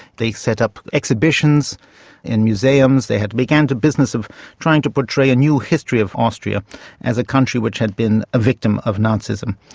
they set up exhibitions in museums, they had begun the business of trying to portray a new history of austria as a country which had been a victim of nazism.